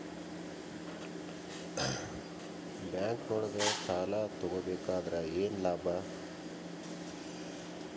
ಬ್ಯಾಂಕ್ನೊಳಗ್ ಸಾಲ ತಗೊಬೇಕಾದ್ರೆ ಏನ್ ಲಾಭ?